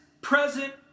present